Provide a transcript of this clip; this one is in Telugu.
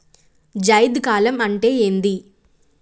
జైద్ కాలం అంటే ఏంది?